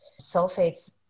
sulfates